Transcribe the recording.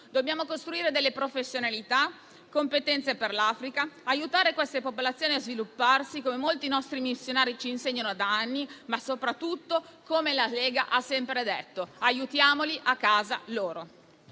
Dobbiamo costruire professionalità e competenze per l'Africa, per aiutare quelle popolazioni a svilupparsi, come molti nostri missionari ci insegnano da anni, ma soprattutto come la Lega ha sempre detto: aiutiamoli a casa loro.